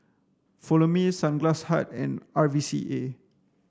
follow me Sunglass Hut and R V C A